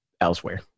elsewhere